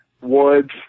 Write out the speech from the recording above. woods